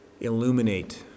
illuminate